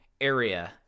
area